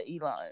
elon